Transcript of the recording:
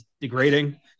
degrading